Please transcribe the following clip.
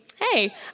hey